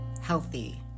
healthy